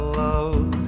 love